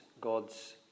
God's